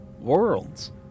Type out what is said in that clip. worlds